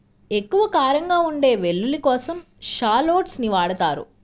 ఎక్కువ కారంగా ఉండే వెల్లుల్లి కోసం షాలోట్స్ ని వాడతారు